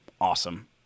awesome